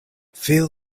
feel